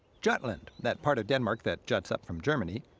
jutland, that part of denmark that juts up from germany,